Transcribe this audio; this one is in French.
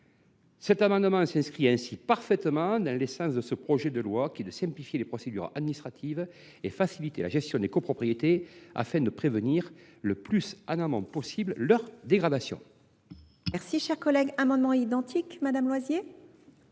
Cet amendement s’inscrit ainsi parfaitement dans le sens de ce projet de loi qui vise à simplifier les procédures administratives et à faciliter la gestion des copropriétés, afin de prévenir, le plus en amont possible, leur dégradation. La parole est à Mme Anne Catherine Loisier,